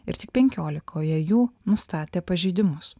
ir tik penkiolikoje jų nustatė pažeidimus